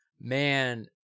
man